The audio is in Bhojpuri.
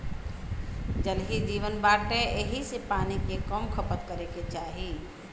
जल ही जीवन बाटे एही से पानी के कम खपत करे के चाही